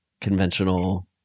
conventional